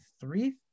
three